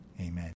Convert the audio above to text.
amen